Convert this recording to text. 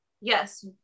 yes